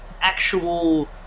actual